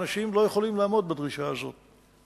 ואנשים לא יכולים לעמוד בדרישה הזאת.